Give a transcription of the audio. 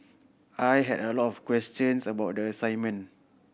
I had a lot of questions about the assignment